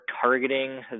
targeting